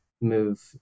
move